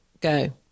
Go